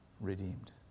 redeemed